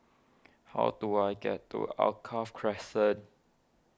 how do I get to Alkaff Crescent